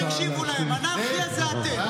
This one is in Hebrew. אנרכיה זה אתם.